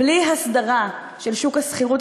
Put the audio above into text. בלי הסדרה של שוק השכירות,